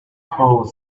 told